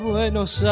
Buenos